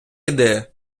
іде